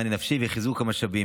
מענה נפשי וחיזוק המשאבים,